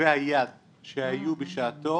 שכתבי היד שהיו בשעתו